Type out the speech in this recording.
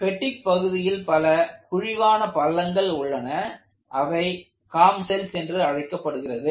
பெட்டிக் பகுதியில் பல குழிவான பள்ளங்கள் உள்ளன அவை காம் செல்ஸ் என்று அழைக்கப்படுகிறது